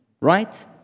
Right